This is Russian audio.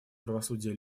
правосудия